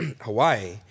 Hawaii